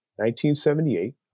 1978